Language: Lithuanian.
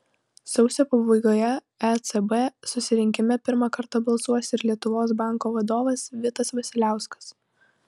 sausio pabaigoje ecb susirinkime pirmą kartą balsuos ir lietuvos banko vadovas vitas vasiliauskas